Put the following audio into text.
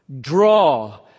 draw